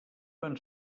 van